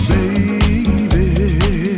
Baby